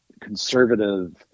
conservative